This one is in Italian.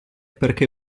perché